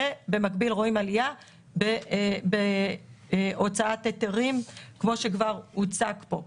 ובמקביל רואים עלייה בהוצאת היתרים כמו שכבר הוצג פה.